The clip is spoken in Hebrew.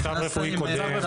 מצב רפואי קודם.